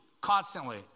constantly